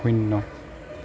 শূন্য